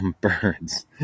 birds